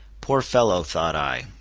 poor fellow! thought i,